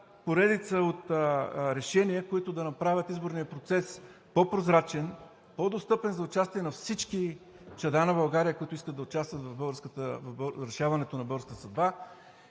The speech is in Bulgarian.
поредица от решения, които да направят изборния процес по прозрачен, по-достъпен за участие на всички чада на България, които искат да участват в решаването на българската съдба